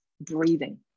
breathing